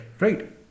Right